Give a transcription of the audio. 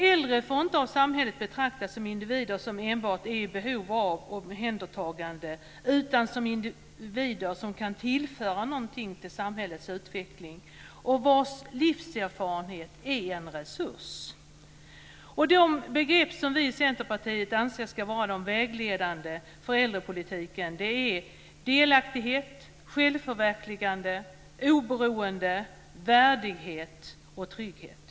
Äldre får inte av samhället betraktas enbart som individer som är i behov av omhändertagande utan även som individer som kan tillföra någonting till samhällets utveckling och vilkas livserfarenhet är en resurs. De begrepp som vi i Centerpartiet anser ska vara vägledande för äldrepolitiken är delaktighet, självförverkligande, oberoende, värdighet och trygghet.